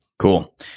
Cool